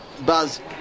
Buzz